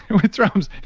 and with drums.